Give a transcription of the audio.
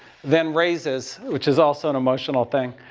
then raises, which is also an emotional thing.